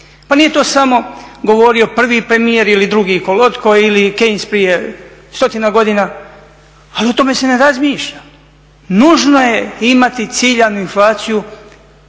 Pa nije to samo govorio prvi premijer ili drugi …/Govornik se ne razumije./… prije stotinu godina, ali o tome se ne razmišlja. Nužno je imati ciljanu inflaciju,